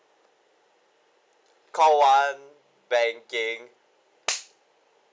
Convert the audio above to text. call one banking